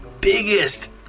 biggest